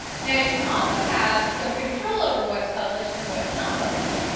now, you can also have some control over what's published and what's not published.